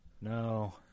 No